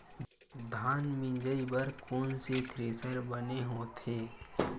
धान मिंजई बर कोन से थ्रेसर बने होथे?